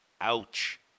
Ouch